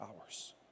hours